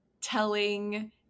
telling